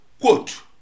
quote